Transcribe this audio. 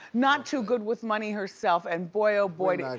not too good with money herself. and boy oh boy,